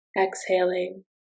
Exhaling